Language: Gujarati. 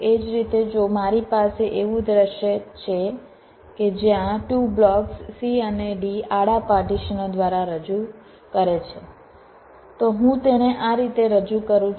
એ જ રીતે જો મારી પાસે એવું દૃશ્ય છે કે જ્યાં 2 બ્લોક્સ C અને D આડા પાર્ટીશનો દ્વારા રજૂ કરે છે તો હું તેને આ રીતે રજૂ કરું છું